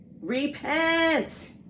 repent